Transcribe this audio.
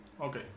Okay